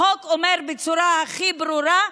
החוק אומר בצורה הכי ברורה,